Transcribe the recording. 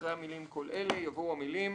אחרי המילים "כל אלה" יבואו המילים: